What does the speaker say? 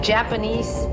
Japanese